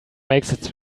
makes